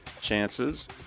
chances